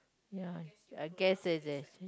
ya I guess it is